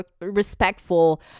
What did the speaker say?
respectful